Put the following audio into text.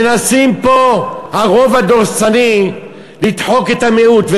מנסים פה, הרוב הדורסני, לדחוק את המיעוט.